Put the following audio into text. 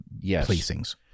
placings